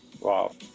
Wow